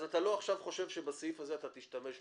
אז אתה לא חושב שבסעיף הזה אתה תשתמש בשילוט.